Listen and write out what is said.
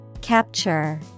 Capture